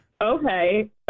Okay